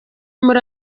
muri